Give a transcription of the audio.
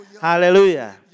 Hallelujah